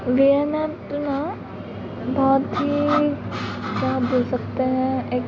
we N app तो न बहुत ही क्या बोल सकते हैं एक